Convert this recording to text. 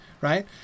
right